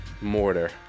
mortar